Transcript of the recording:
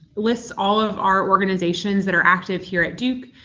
lists all of our organizations that are active here at duke.